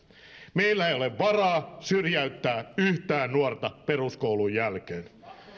meillä ei ole varaa syrjäyttää yhtään nuorta peruskoulun jälkeen